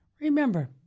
Remember